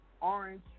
orange